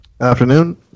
Afternoon